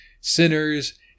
sinners